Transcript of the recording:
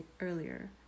earlier